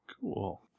Cool